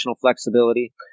flexibility